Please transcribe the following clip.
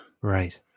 Right